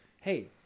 Hey